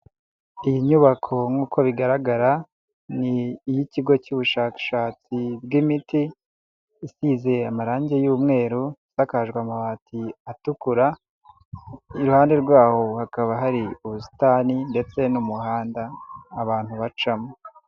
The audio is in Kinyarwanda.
Iyi nyubako nk'uko bigaragara ni iy'ikigo cy'ubushakashatsi bw'imiti, isize amarangi y'umweru, isakajwe amabati atukura, iruhande rw'aho hakaba hari ubusitani ndetse n'umuhanda abantu bacamo.